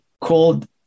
called